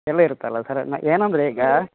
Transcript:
ಎಲ್ಲ ಇರುತ್ತಲ್ಲ ಸರ್ ನ ಏನೆಂದರೆ ಈಗ